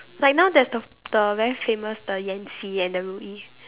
like now there's the the very famous the Yanxi and the Ruyi